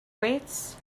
weights